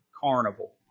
carnival